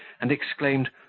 and exclaimed,